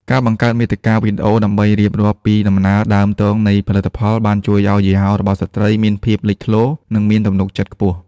ការបង្កើតមាតិកាវីដេអូដើម្បីរៀបរាប់ពីដំណើរដើមទងនៃផលិតផល បានជួយឱ្យយីហោរបស់ស្ត្រីមានភាពលេចធ្លោ និងមានទំនុកចិត្តខ្ពស់។